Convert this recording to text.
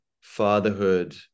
fatherhood